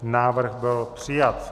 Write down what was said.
Návrh byl přijat.